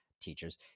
teachers